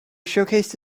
showcased